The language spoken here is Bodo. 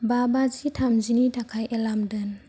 बा बाजि थामजिनि थाखाय एलार्म दोन